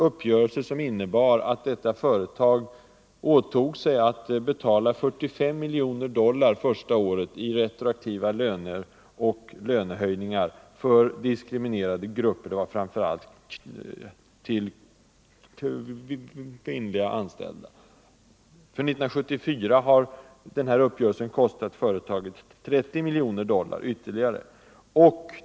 Uppgörelsen innebar att detta företag åtog sig att betala 45 miljoner dollar första året i retroaktiva löner och lönehöjningar för diskriminerade grupper, framför allt till kvinnliga anställda. För 1974 har uppgörelsen kostat företaget 30 miljoner dollar ytterligare.